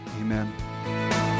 Amen